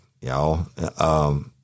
y'all